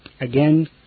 again